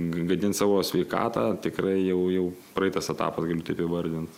gadint savo sveikatą tikrai jau praeitas etapas galiu taip įvardint